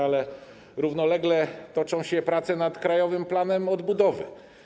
Ale równolegle toczą się prace nad Krajowym Planem Odbudowy.